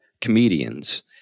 comedians